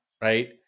right